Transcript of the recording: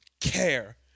care